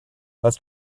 let’s